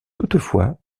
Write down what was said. toutefois